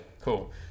Cool